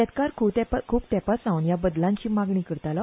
शेतकार खूब तेपा सावन ह्या बदनांची मागणी करतालो